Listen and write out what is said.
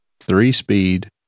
three-speed